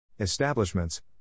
Establishments